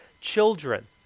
Children